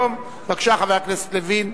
בבקשה, חבר הכנסת לוין.